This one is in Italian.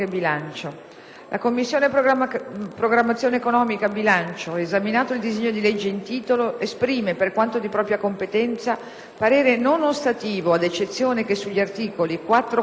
«La Commissione programmazione economica, bilancio, esaminato il disegno di legge in titolo, esprime, per quanto di competenza, parere non ostativo, ad eccezione che sugli articoli